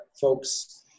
folks